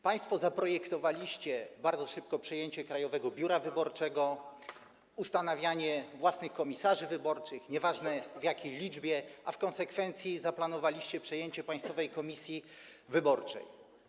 Państwo zaprojektowaliście bardzo szybko przejęcie Krajowego Biura Wyborczego, ustanawianie własnych komisarzy wyborczych, nieważne w jakiej liczbie, a w konsekwencji zaplanowaliście przejęcie Państwowej Komisji Wyborczej.